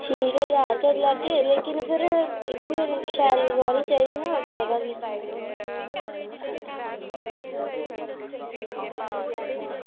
ठीक ऐ ज्हार करी लैगे पर एह्बी भी ठीक राह्नी चाहिदी ना शैल करियै